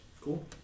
cool